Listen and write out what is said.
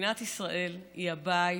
מדינת ישראל היא הבית